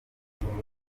umugore